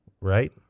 right